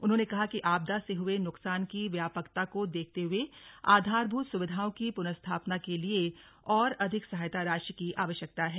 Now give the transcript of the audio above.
उन्होंने कहा कि आपदा से हुए नुकसान की व्यापकता को देखते हुए आधारभूत सुविधाओं की पुनर्स्थापना के लिए और अधिक सहायता राशि की आवश्यकता है